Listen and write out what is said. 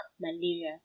malaria